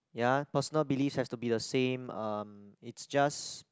ya personal beliefs have to be the same um it's just